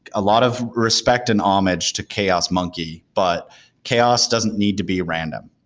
a lot of respect and homage to chaosmonkey, but chaos doesn't need to be random.